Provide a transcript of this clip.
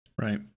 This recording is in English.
right